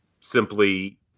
simply